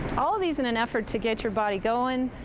all of these in an effort to get your body going,